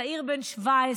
צעיר בן 17,